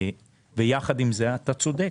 עם זאת, אתה צודק,